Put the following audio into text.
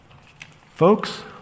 Folks